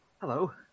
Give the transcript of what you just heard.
hello